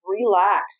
relax